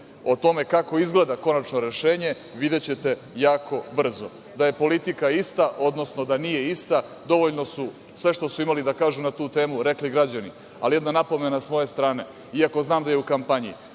O tome kako izgleda konačno rešenje videćete jako brzo. Da je politika ista, odnosno da nije ista, dovoljno su sve što su imali da kažu na tu temu rekli građani, ali jedna napomena sa moje strane, iako znam da je u kampanji,